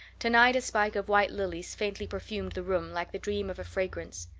tonight spike of white lilies faintly perfumed the room like the dream of a fragrance.